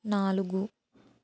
నాలుగు